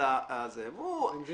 אבל חלק